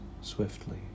swiftly